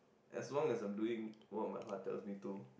as long as I'm doing what my heart tell me to